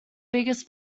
biggest